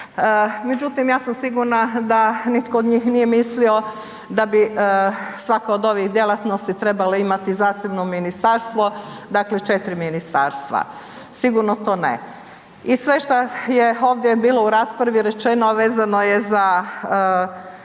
međutim ja sam sigurna da nitko od njih nije mislio da bi svaka od ovih djelatnosti trebala imati zasebno ministarstvo, dakle 4 ministarstva, sigurno to ne. I sve šta je ovdje bilo u raspravi rečeno a vezano je za